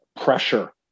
pressure